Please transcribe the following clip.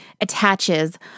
attaches